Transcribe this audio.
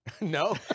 No